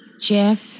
Jeff